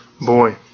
boy